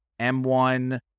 M1